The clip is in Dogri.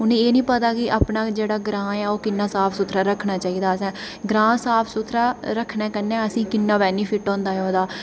उ'नें एह् निं पता कि अपना जेह्ड़ा ग्रांऽ ऐ ओह् कि'न्ना साफ सुथरा रक्खना चाहिदा अ'सें ग्रांऽ साफ सुथरा रक्खने कन्नै अ'सेंई किन्ना बैनिफिट होंदा ऐ ओह्दा